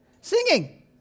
Singing